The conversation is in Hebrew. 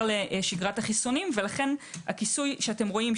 לשגרת החיסונים לכן הכיסוי שאתם רואים,